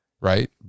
right